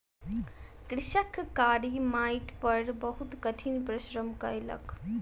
कृषक कारी माइट पर बहुत कठिन परिश्रम कयलक